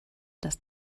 dass